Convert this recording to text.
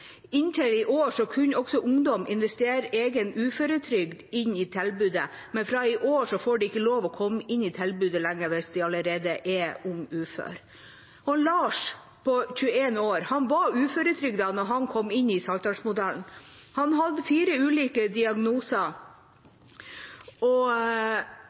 Inntil i år kunne også ungdom investere egen uføretrygd inn i tilbudet, men fra i år får de ikke lov til å komme inn i tilbudet lenger hvis de allerede er ung ufør. Lars på 21 år var uføretrygdet da han kom inn i Saltdalsmodellen. Han hadde fire ulike diagnoser, manglet oppmøtekompetanse, følte seg ubrukelig og